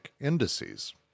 indices